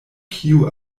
kio